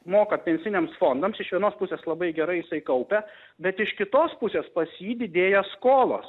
moka pensiniams fondams iš vienos pusės labai gerai jisai kaupia bet iš kitos pusės pas jį didėja skolos